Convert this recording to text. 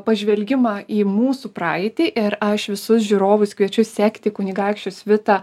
pažvelgimą į mūsų praeitį ir aš visus žiūrovus kviečiu sekti kunigaikščio svitą